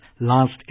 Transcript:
last